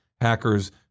hackers—